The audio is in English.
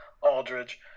Aldridge